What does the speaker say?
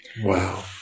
Wow